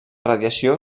radiació